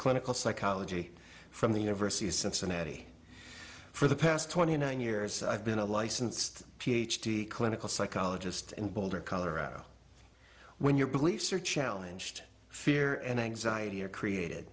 clinical psychology from the university of cincinnati for the past twenty nine years i've been a licensed ph d clinical psychologist in boulder colorado when your beliefs are challenged fear and anxiety are created